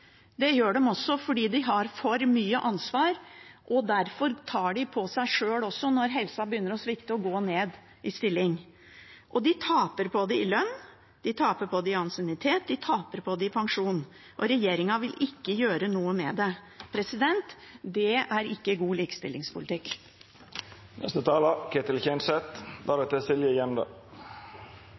Det gjør de også fordi de har for mye ansvar. Derfor tar de også sjøl på seg – når helsa begynner å svikte – å gå ned i stilling. De taper på det i lønn, de taper på det i ansiennitet, de taper på det i pensjon – og regjeringen vil ikke gjøre noe med det. Det er ikke god